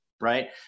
right